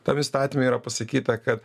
tam įstatyme yra pasakyta kad